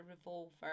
revolver